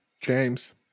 James